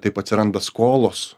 taip atsiranda skolos